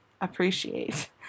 appreciate